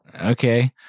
okay